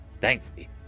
Thankfully